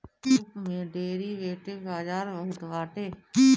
Europe में derivative बाजार बहुते बाटे